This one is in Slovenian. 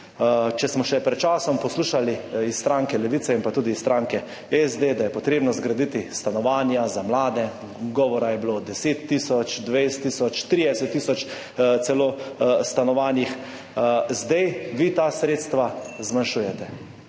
Če smo še pred časom iz stranke Levica in tudi iz stranke SD poslušali, da je potrebno zgraditi stanovanja za mlade, govora je bilo 10 tisoč, 20 tisoč, celo 30 tisoč stanovanjih, zdaj vi ta sredstva zmanjšujete.